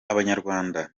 abanyarwanda